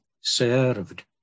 served